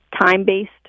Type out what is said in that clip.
time-based